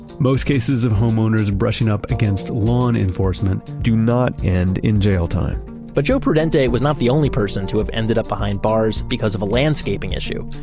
most cases of homeowners brushing up against lawn enforcement do not end in jail time but joe prudente was not the only person to have ended up behind bars because of a landscaping issue.